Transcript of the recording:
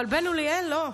אבל בן אוליאל, לא.